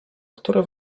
które